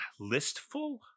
listful